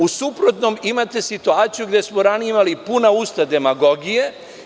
U suprotnom imate situaciju gde smo ranije imali puna usta demagogije.